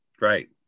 right